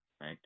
right